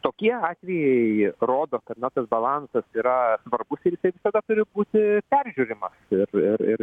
tokie atvejai rodo kad na tas balansas yra svarbus ir jisai visada turi būti peržiūrima ir ir ir